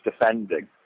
defending